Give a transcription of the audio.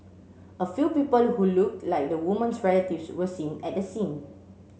a few people who looked like the woman's relatives were seen at the scene